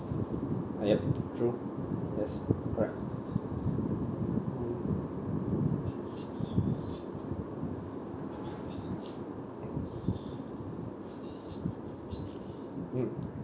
ya true yes correct mm mm